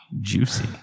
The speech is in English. Juicy